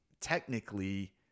technically